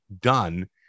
done